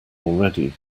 already